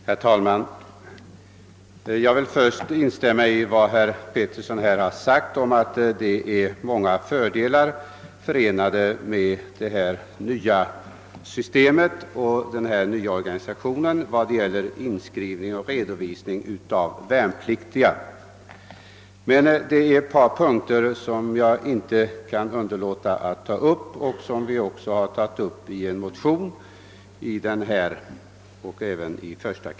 Herr talman! Jag vill först instämma i vad herr Petersson har sagt om de många fördelar som är förenade med den nya organisationen för inskrivning och redovisning av värnpliktiga. Jag kan dock inte underlåta att beröra ett par punkter, som vi också tagit upp i ett par likalydande motioner.